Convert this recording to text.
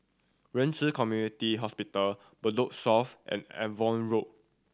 Ren Ci Community Hospital Block South and Avon Road